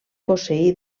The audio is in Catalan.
posseir